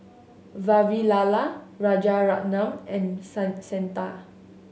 Vavilala Rajaratnam and Santha